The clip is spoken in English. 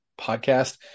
podcast